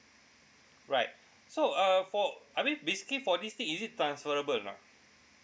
right so uh for I mean basically for this thing is it transferable or not